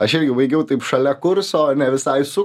aš irgi baigiau taip šalia kurso ne visai su